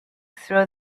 throw